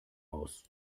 aus